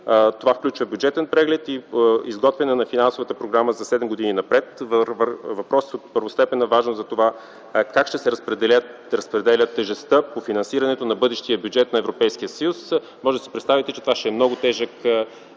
Това включва бюджетен преглед и изготвяне на финансовата програма за седем години напред. Въпросът е от първостепенна важност, за това как ще се разпределя тежестта по финансирането на бъдещия бюджет на Европейския съюз. Можете да си представите, че това ще е много тежък